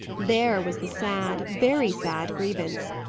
there was the sad, very sad grievance.